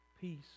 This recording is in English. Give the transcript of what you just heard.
Peace